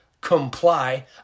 Comply